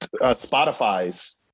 spotify's